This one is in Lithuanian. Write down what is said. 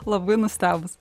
labai nustebus